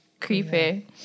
creepy